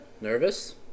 Nervous